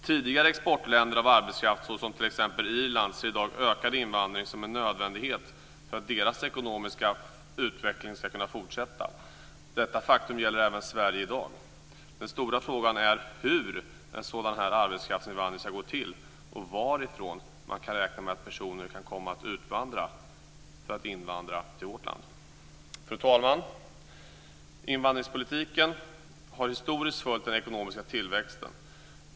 Tidigare exportländer av arbetskraft, t.ex. Irland, ser i dag ökad invandring som en nödvändighet för att deras ekonomiska utveckling ska kunna fortsätta. Detta faktum gäller även Sverige i dag. Den stora frågan är hur en sådan arbetskraftsinvandring ska gå till och varifrån man kan räkna med att personer kan komma att utvandra för att invandra till vårt land. Fru talman! Invandringspolitiken har historiskt följt den ekonomiska tillväxten.